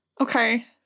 Okay